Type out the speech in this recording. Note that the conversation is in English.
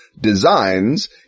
designs